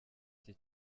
iki